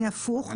הפוך,